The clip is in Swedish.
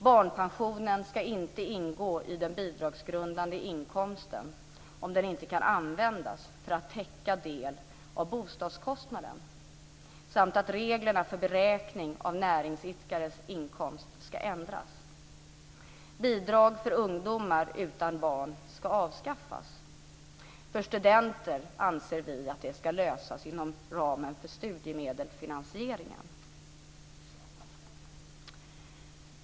Barnpensionen ska inte ingå i den bidragsgrundande inkomsten om den inte kan användas för att täcka del av bostadskostnaden. Reglerna för beräkning av näringsidkares inkomst ska ändras. Bidrag för ungdomar utan barn ska avskaffas. För studenter anser vi att det ska lösas inom ramen för studiemedelsfinansieringen.